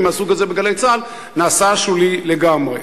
מהסוג הזה ב"גלי צה"ל" זה נעשה שולי לגמרי.